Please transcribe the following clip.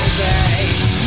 face